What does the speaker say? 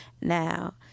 Now